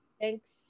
thanks